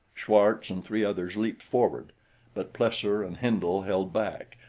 schwartz and three others leaped forward but plesser and hindle held back,